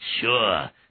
sure